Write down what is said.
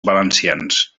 valencians